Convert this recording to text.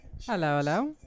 hello